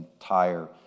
entire